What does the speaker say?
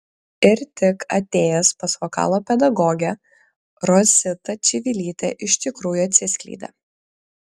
ir tik atėjęs pas vokalo pedagogę rositą čivilytę iš tikrųjų atsiskleidė